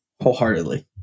wholeheartedly